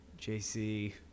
JC